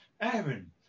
aaron